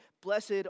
Blessed